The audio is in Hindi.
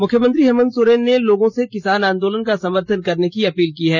मुख्यमंत्री हेमंत सोरेन ने लोगों से किसान आंदोलन का समर्थन करने की अपील की है